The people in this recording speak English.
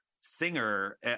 singer